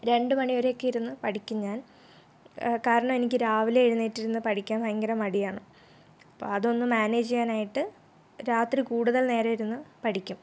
രണ്ടു മണിവരെയൊക്കെ ഇരുന്ന് പഠിക്കും ഞാൻ കാരണം എനിക്ക് രാവിലെ എഴുന്നേറ്റിരുന്ന് പഠിക്കാൻ ഭയങ്കര മടിയാണ് അപ്പോൾ അതൊന്നു മാനേജ് ചെയ്യാനായിട്ട് രാത്രി കൂടുതൽ നേരം ഇരുന്ന് പഠിക്കും